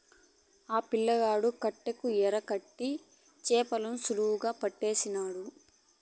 ఆ పిల్లగాడు కట్టెకు ఎరకట్టి చేపలను సులువుగా పట్టేసినాడు